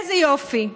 איזה יופי.